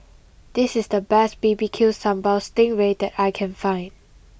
this is the best B B Q Sambal Sting Ray that I can find